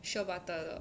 shea butter 的